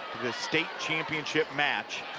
this state championship match,